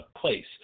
place